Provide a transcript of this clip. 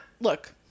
look